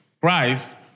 Christ